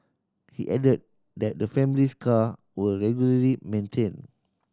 he added that the family's car were regularly maintained